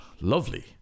lovely